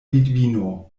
vidvino